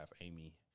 Amy